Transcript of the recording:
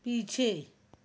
पीछे